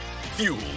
Fuel